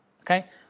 okay